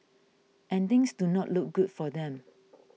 and things do not look good for them